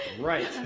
right